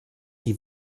die